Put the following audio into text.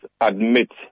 admit